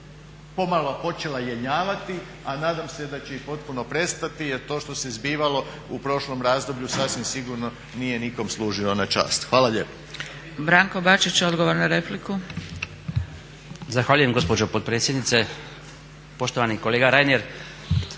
pomalo počela jenjavati a nadam se da će i potpuno prestati jer to što se je zbivalo u prošlom razdoblju sasvim sigurno nije nikom služilo na čast. Hvala lijepa. **Zgrebec, Dragica (SDP)** Branko Bačić, odgovor na repliku. **Bačić, Branko (HDZ)** Zahvaljujem gospođo potpredsjednice. Poštovani kolega Reiner,